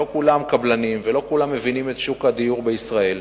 לא כולם קבלנים ולא כולם מבינים את שוק הדיור בישראל,